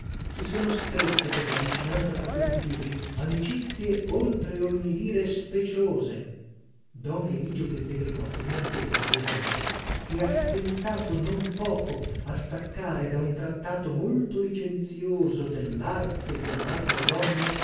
si sono strette per la vicinanza fra questi libri amicizie oltre ogni dire speciose don eligio pellegrinotto mi ha detto ad esempio che ha stentato non poco a staccare da un trattato molto licenzioso dellarte di amar le donne